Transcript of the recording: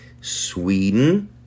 Sweden